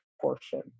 portion